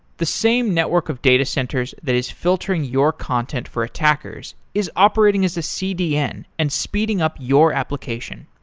the same network of data centers that is filtering your content for attackers is operating as a cdn and speeding up your application.